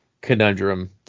conundrum